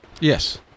Yes